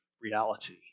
reality